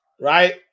right